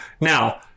now